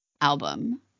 album